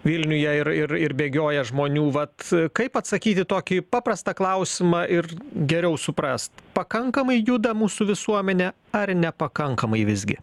vilniuje ir ir ir bėgioja žmonių vat kaip atsakyt į tokį paprastą klausimą ir geriau suprast pakankamai juda mūsų visuomenė ar nepakankamai visgi